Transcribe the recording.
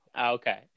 Okay